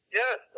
yes